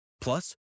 Plus